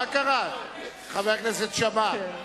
מה קרה, חבר הכנסת שאמה?